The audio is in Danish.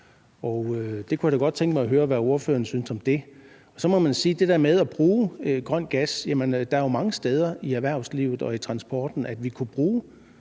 Det kunne jeg da godt tænke mig at høre hvad ordføreren synes om. Så må man til det der med at bruge grøn gas sige, at der jo er mange steder i erhvervslivet og i transporten, vi kunne bruge